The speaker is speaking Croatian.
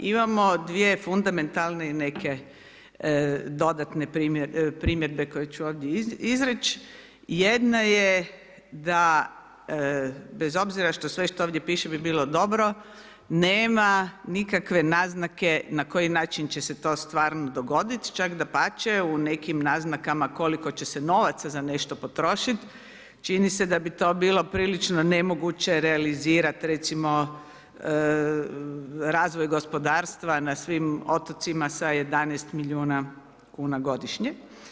Imamo dvije fundamentalne neke dodatne primjedbe koje će ovdje izreći, jedna je da bez obzira što sve što vode piše bi bilo dobro, nema nikakve naznake na koji način će se to stvarno dogoditi, čak dapače, u nekim naznakama koliko će se novaca za nešto potrošiti, čini se da bi to bilo prilično nemoguće realizirati recimo, razvoj gospodarstva na svim otocima sa 11 milijuna kuna godišnje.